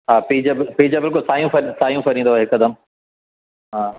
हा पीज़ बि पीज़ बिल्कुल सायूं फरी अथव हिकदमि हा